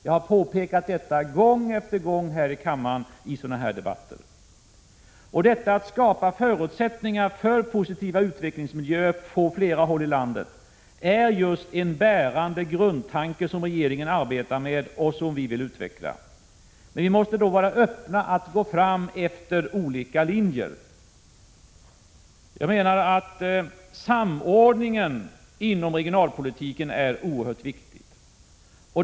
Jag har gång på gång påpekat detta i sådana här debatter i kammaren. Att skapa förutsättningar för positiva utvecklingsmiljöer på flera håll i landet är en bärande grundtanke som regeringen arbetar efter och som vi vill utveckla. Vi måste då vara öppna för att gå fram efter olika linjer. Samordningen inom regionalpolitiken är därför oerhört viktig.